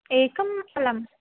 एकम् अलम्